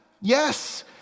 yes